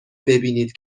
ببینید